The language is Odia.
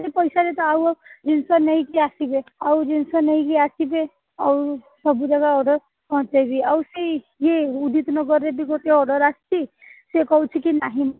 ସେଇ ପଇସାରେ ତ ଆଉ ଜିନିଷ ନେଇକି ଆସିବେ ଆଉ ଜିନିଷ ନେଇକି ଆସିବେ ଆଉ ସବୁଯାକ ଅର୍ଡ଼ର ପହେଞ୍ଚାଇବି ଆଉ ସେଇ ଇଏ ଉଦିତ ନଗରରେ ଗୋଟେ ଅର୍ଡ଼ର୍ ଆସିଛି ସେ କହୁଛିକି ନାହିଁ